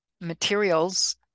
materials